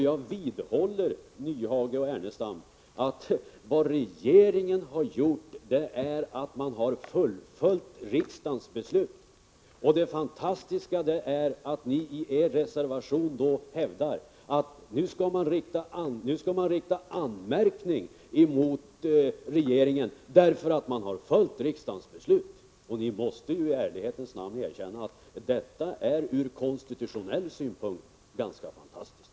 Jag vidhåller, Nyhage och Ernestam, att vad regeringen gjort är att man fullföljt riksdagens beslut. Det fantastiska är att ni i er reservation hävdar att man nu skall rikta anmärkning emot regeringen därför att den följt riksdagens beslut. Ni måste ju i ärlighetens namn erkänna att detta ur konstitutionell synpunkt är ganska fantastiskt.